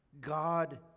God